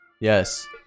Yes